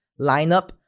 lineup